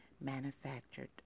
manufactured